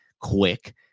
quick